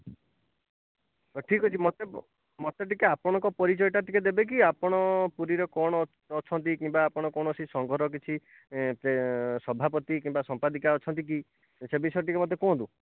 ହେଉ ଠିକ୍ ଅଛି ମୋତେ ମୋତେ ଟିକିଏ ଆପଣଙ୍କ ପରିଚୟଟା ଟିକିଏ ଦେବେ କି ଆପଣ ପୁରୀରେ କ'ଣ ଅଛନ୍ତି କିମ୍ବା କୌଣସି ସଂଘର କିଛି ସଭାପତି କିମ୍ବା ସମ୍ପାଦିକା ଅଛନ୍ତି କି ସେ ବିଷୟରେ ଟିକିଏ ମୋତେ କୁହନ୍ତୁ